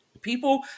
People